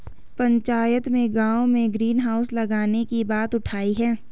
पंचायत में गांव में ग्रीन हाउस लगाने की बात उठी हैं